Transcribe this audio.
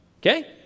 Okay